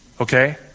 Okay